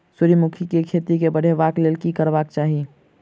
सूर्यमुखी केँ खेती केँ बढ़ेबाक लेल की करबाक चाहि?